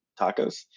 tacos